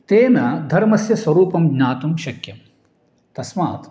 तेन धर्मस्य स्वरूपं ज्ञातुं शक्यं तस्मात्